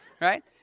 right